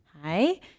Hi